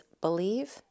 Believe